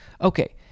Okay